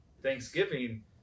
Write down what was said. Thanksgiving